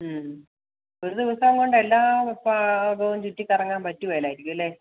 ഒരു ദിവസം കൊണ്ട് എല്ലാ ഭാഗവും ചുറ്റി കറങ്ങാൻ പറ്റുകയില്ലായിരിക്കും അല്ലേ